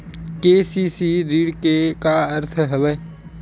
KCC ऋण के का अर्थ हवय?